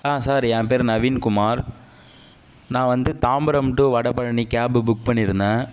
ஆ sir என் பேர் நவீன்குமார் நான் வந்து Tambaram to Vadapalani cab book பண்ணியிருந்தேன்